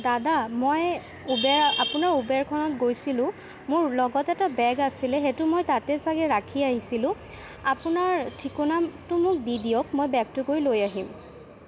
দাদা মই উবেৰ আপোনাৰ উবেৰখনত গৈছিলোঁ মোৰ লগত এটা বেগ আছিলে সেইটো মই তাতে চাগে ৰাখি আহিছিলোঁ আপোনাৰ ঠিকনাটো মোক দি দিয়ক মই বেগটো গৈ লৈ আহিম